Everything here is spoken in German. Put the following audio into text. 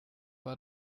war